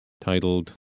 titled